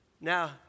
Now